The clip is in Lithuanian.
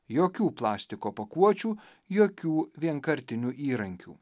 jokių plastiko pakuočių jokių vienkartinių įrankių